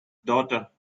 daughter